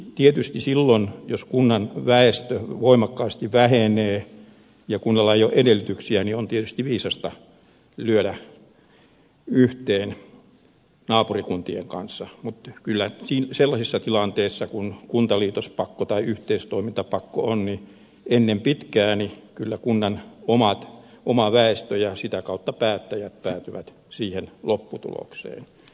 tietysti silloin jos kunnan väestö voimakkaasti vähenee ja kunnalla ei ole edellytyksiä on viisasta lyöttäytyä yhteen naapurikuntien kanssa mutta kyllä sellaisessa tilanteessa kun kuntaliitospakko tai yhteistoimintapakko on kunnan oma väestö ja sitä kautta päättäjät ennen pitkää päätyvät siihen lopputulokseen